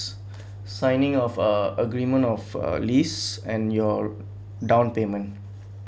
signing off uh agreement of uh lease and your down payment